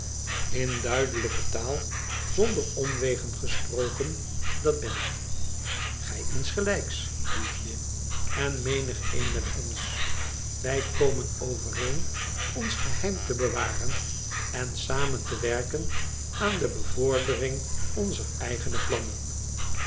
in duidelijke taal wd omwegen gesproken dat ben ik gij insgelijks liefje en menigeen met ons wij komen overeen ons geheim te bewaren en samen te werken aan de bevordering onzer eigene plannen